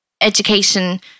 education